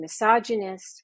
misogynist